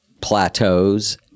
plateaus